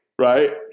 Right